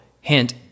hint